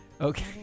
Okay